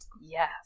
Yes